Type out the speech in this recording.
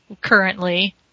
currently